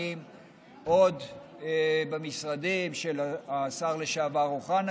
פנים עוד במשרדים של השר לשעבר אוחנה,